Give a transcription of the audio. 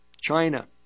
China